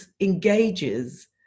engages